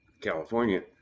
California